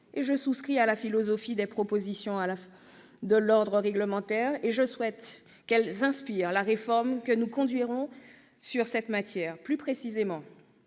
Je souscris à la philosophie des propositions d'ordre réglementaire. Je souhaite qu'elles inspirent la réforme que nous conduirons dans cette matière. Plus précisément,